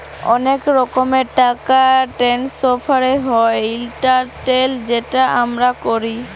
অলেক রকমের টাকা টেনেসফার হ্যয় ইলটারলেটে যেট আমরা ক্যরি